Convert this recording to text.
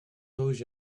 those